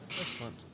Excellent